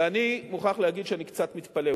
ואני מוכרח לומר שאני קצת מתפלא.